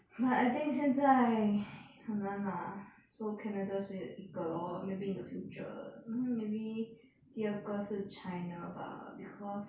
but I think 现在很难 lah so canada 是一个 lor maybe in the future mm maybe 第二个是 china bah cause